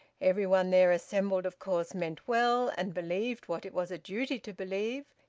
every one there assembled of course meant well, and believed what it was a duty to believe,